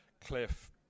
Cliff